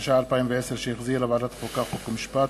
התש"ע 2010, שהחזירה ועדת החוקה, חוק ומשפט.